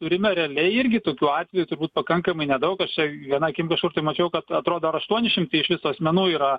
turime realiai irgi tokių atvejų turbūt pakankamai nedaug aš čia viena akim kažkur tai mačiau kad atrodo ar aštuoni šimtai iš viso asmenų yra